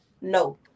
No